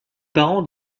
parents